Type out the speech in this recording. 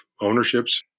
ownerships